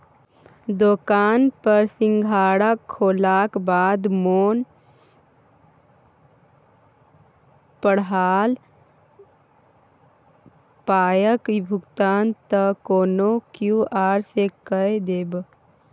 दोकान पर सिंघाड़ा खेलाक बाद मोन पड़ल पायक भुगतान त कोनो क्यु.आर सँ कए देब